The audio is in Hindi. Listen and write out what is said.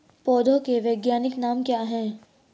पौधों के वैज्ञानिक नाम क्या हैं?